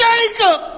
Jacob